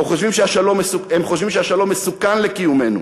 הם חושבים שהשלום מסוכן לקיומנו.